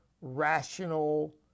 rational